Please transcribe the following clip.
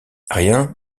rien